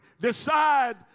decide